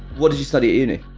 what you study at uni?